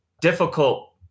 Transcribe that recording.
difficult